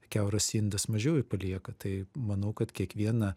kiauras indas mažiau palieka tai manau kad kiekviena